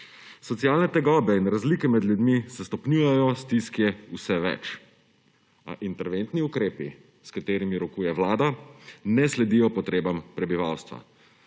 Socialne tegobe in razlike med ljudmi se stopnjujejo, stisk je vse več. A interventni ukrepi, s katerimi rokuje Vlada, ne sledijo potrebam prebivalstva.